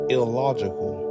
illogical